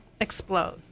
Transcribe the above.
explode